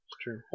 true